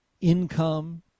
income